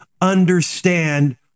understand